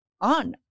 on